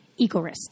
EcoRist